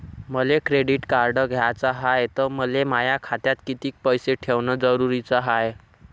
मले credit card घ्याचं हाय, त मले माया खात्यात कितीक पैसे ठेवणं जरुरीच हाय?